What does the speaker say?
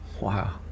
Wow